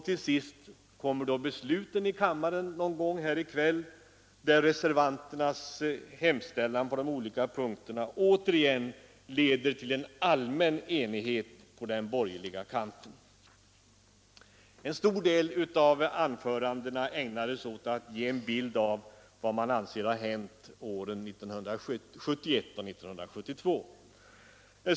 Till sist kommer besluten i kammaren någon gång i kväll, där reservationens hemställan i de olika punkterna återigen leder till en allmän enighet på den borgerliga kanten. En stor del av anförandena hittills har ägnats åt att ge en bild av vad man anser ha hänt åren 1971 och 1972.